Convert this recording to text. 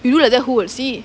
if not whether who will see